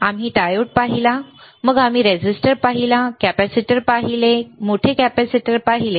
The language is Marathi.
आम्ही डायोड पाहिला मग आम्ही रेझिस्टर पाहिला कॅपेसिटर पाहिले आम्ही मोठे कॅपेसिटर पाहिले